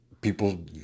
people